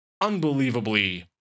unbelievably